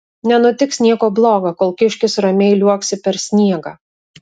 nenutiks nieko bloga kol kiškis ramiai liuoksi per sniegą